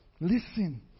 Listen